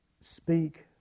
speak